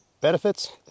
benefits